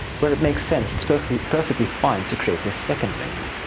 where it makes sense, it's perfectly perfectly fine to create a second menu,